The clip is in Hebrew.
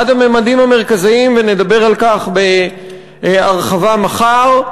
אחד הממדים המרכזיים, ונדבר על כך בהרחבה מחר,